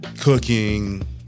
cooking